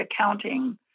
accounting